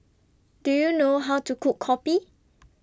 Do YOU know How to Cook Kopi